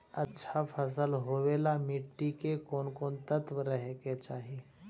अच्छा फसल होबे ल मट्टी में कोन कोन तत्त्व रहे के चाही?